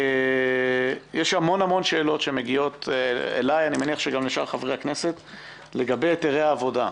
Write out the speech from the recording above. יש המון שאלות שמגיעות אלי לגבי היתרי עבודה,